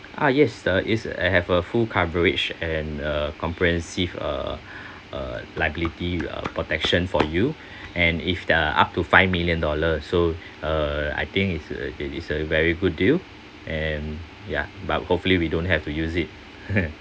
ah yes the is I have a full coverage and a comprehensive uh uh liability uh protection for you and if the up to five million dollar so uh I think it's a is a very good deal and ya but hopefully we don't have to use it